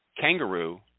kangaroo